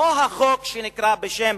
או החוק שנקרא בשם